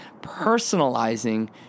personalizing